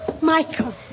Michael